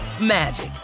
magic